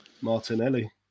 Martinelli